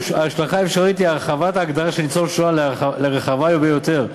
ההשלכה האפשרית היא הרחבה של ההגדרה של ניצול שואה לרחבה ביותר,